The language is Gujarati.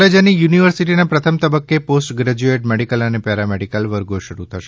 કોલેજ અને યુનિવર્સીટીના પ્રથમ તબકકે પોસ્ટ ગ્રેજયુએટ મેડીકલ અને પેરામેડિકલ વર્ગો શરૂ થશે